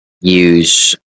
use